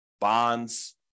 bonds